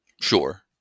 Sure